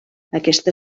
aquesta